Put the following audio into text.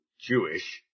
Jewish